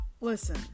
Listen